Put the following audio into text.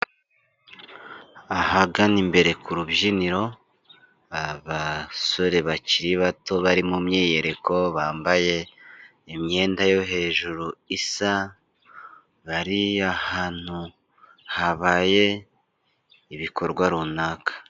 Ahagana imbere ku rubyiniro abasore bakiri bato bari mu myiyereko bambaye imyenda yo hejuru isa, bari ahantu habaye ibikorwa runaka.